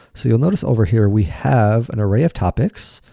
so, you'll notice over here we have an array of topics,